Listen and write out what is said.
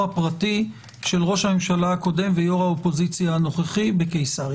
הפרטי של ראש הממשלה הקודם ויו"ר האופוזיציה הנוכחי בקיסריה.